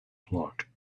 flock